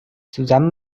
zusammen